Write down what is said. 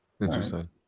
Interesting